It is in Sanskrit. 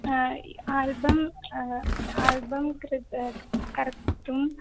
ह आल्बम् आल्बम् कृत् कर्तुम्